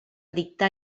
dictar